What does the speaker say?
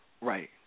Right